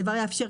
הדבר יאפשר,